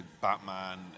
Batman